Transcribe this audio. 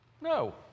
No